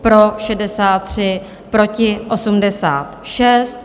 Pro 63, proti 86.